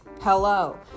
hello